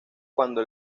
cuando